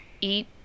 eat